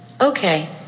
Okay